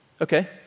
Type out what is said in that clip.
Okay